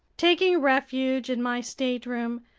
taking refuge in my stateroom,